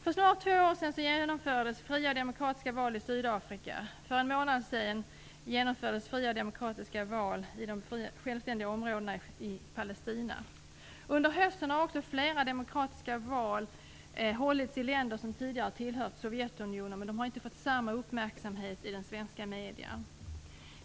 För snart två år sedan genomfördes fria demokratiska val i Sydafrika. För en månad sedan genomfördes fria demokratiska val i de självständiga områdena i Palestina. Under hösten har också flera demokratiska val hållits i länder som tidigare har tillhört Sovjetunionen. Men de har inte fått samma uppmärksamhet i svenska medier.